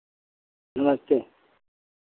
नमस्ते